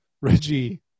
Reggie